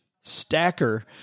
stacker